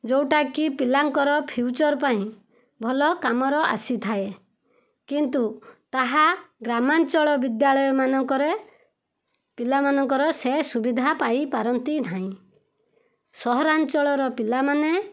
ଯେଉଁଟାକି ପିଲାଙ୍କର ଫିୟୁଚର୍ ପାଇଁ ଭଲ କାମର ଆସିଥାଏ କିନ୍ତୁ ତାହା ଗ୍ରାମାଞ୍ଚଳ ବିଦ୍ୟାଳୟମାନଙ୍କରେ ପିଲାମାନଙ୍କର ସେ ସୁବିଧା ପାଇପାରନ୍ତି ନାହିଁ ସହରାଞ୍ଚଳର ପିଲାମାନେ